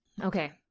Okay